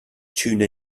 tune